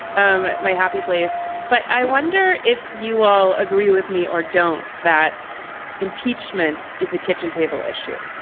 um my happy place. but i wonder if you all agree with me or don't that impeachment is a kitchen table issue.